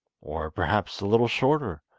or perhaps a little shorter.